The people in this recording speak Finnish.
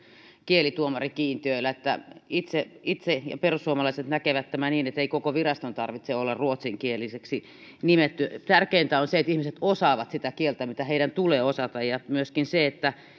kielituomarikiintiöillä itse itse näen ja perussuomalaiset näkevät tämän niin ettei koko viraston tarvitse olla ruotsinkieliseksi nimetty tärkeintä on se että ihmiset osaavat sitä kieltä mitä heidän tulee osata ja myöskin se että